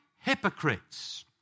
hypocrites